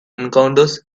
encounters